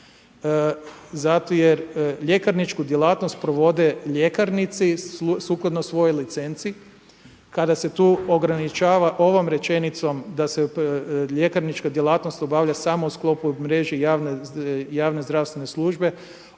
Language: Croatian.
zato jer ljekarničku djelatnost provode ljekarnici sukladno svojoj licenci kada se tu ograničava ovom rečenicom da se ljekarnička djelatnost obavlja samo u sklopu mreže javne zdravstvene službe